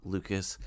Lucas